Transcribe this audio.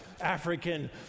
African